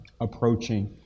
approaching